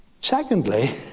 Secondly